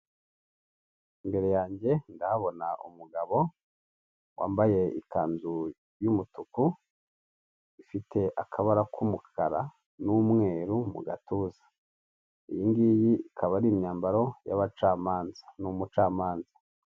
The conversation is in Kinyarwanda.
Imbere yanjye ndahabona umugabo wambaye ikanzu y'umutuku ifite akabara k'umukara n'umweru mu gatuza, iyi ngiyi ikaba ari imyambaro y'abacamanza. Ni umucamanza.